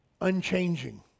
unchanging